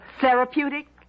Therapeutic